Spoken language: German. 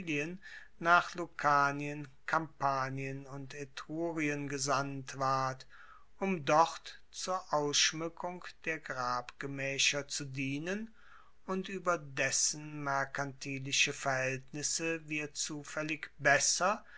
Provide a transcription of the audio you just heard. nach lucanien kampanien und etrurien gesandt ward um dort zur ausschmueckung der grabgemaecher zu dienen und ueber dessen merkantilische verhaeltnisse wir zufaellig besser